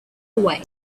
away